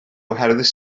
oherwydd